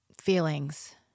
feelings